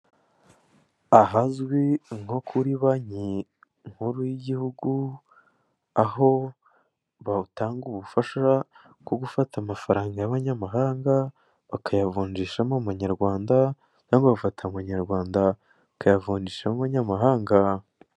Ahazwi nko kuri banki nkuru y'igihugu aho batanga ubufasha bwo gufata amafaranga y'amanyamahanga bakayavunjishamo amanyarwanda cyangwa bagafata amanyarwanda bakayavunjishamo amanyamahanga.